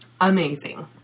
amazing